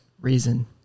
Reason